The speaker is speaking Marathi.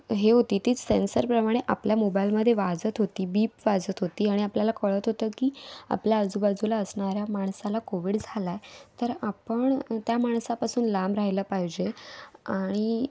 हे होती ती सेन्सरप्रमाणे आपल्या मोबाईलमध्ये वाजत होती बिप वाजत होती आणि आपल्याला कळत होतं की आपल्या आजूबाजूला असणाऱ्या माणसाला कोविड झाला आहे तर आपण त्या माणसापासून लांब राहिलं पाहिजे आणि